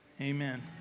amen